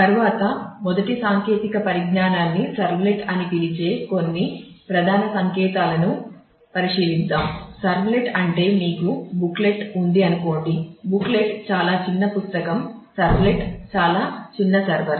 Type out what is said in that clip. తరువాత మొదటి సాంకేతిక పరిజ్ఞానాన్ని సర్వ్లెట్ చాలా చిన్న సర్వర్